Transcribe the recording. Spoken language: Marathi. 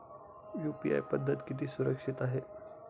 यु.पी.आय पद्धत किती सुरक्षित आहे?